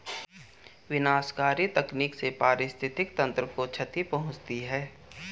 विनाशकारी तकनीक से पारिस्थितिकी तंत्र को क्षति पहुँचती है